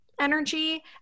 energy